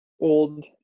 old